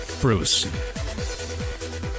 Bruce